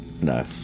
No